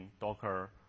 Docker